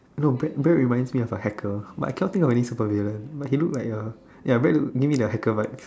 no bread bread reminds me of a hacker but I cannot think of any supervillain but he look like a ya Brad look give me the hacker vibes